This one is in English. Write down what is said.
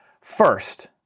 First